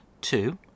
two